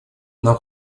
нам